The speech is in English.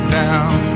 down